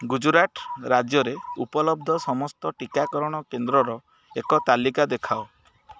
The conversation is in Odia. ଗୁଜୁରାଟ ରାଜ୍ୟରେ ଉପଲବ୍ଧ ସମସ୍ତ ଟିକାକରଣ କେନ୍ଦ୍ରର ଏକ ତାଲିକା ଦେଖାଅ